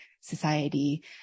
society